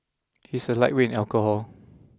he is a lightweight in alcohol